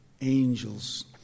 angels